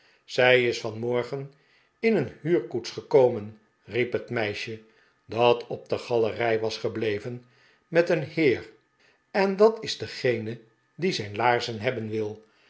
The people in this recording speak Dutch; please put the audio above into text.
zij is van morgen in een huurkoets gekomen riep het meisje dat op de galerij was gebleven met een heer en dat is degene die zijn laarzen hebben wil